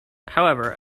however